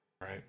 right